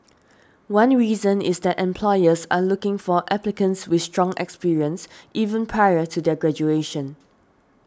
one reason is that employers are looking for applicants with strong experience even prior to their graduation